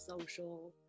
social